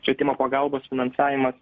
švietimo pagalbos finansavimas